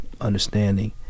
understanding